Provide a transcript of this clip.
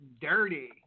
Dirty